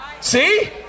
See